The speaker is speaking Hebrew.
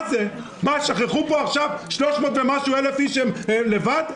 שכחו פה עכשיו 300 ומשהו אלף איש לבד?